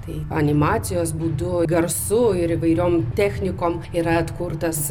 tai animacijos būdu garsu ir įvairiom technikom yra atkurtas